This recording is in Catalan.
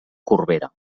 corbera